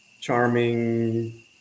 charming